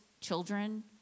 children